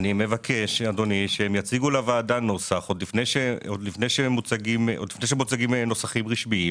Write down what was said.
אני מבקש אדוני שהם יציגו לוועדה נוסח עוד לפני שמוצגים נוסחים רשמיים